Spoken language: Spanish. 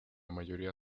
mayoría